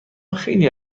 خیلی